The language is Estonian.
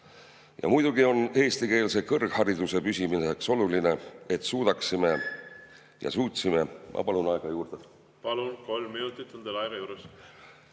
Ja muidugi on eestikeelse kõrghariduse püsimiseks oluline, et me suutsime ... Ma palun aega juurde. Palun, kolm minutit on teil aega juures.